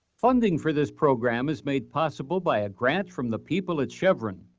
funding for this program is made possible by a grant from the people at chevron.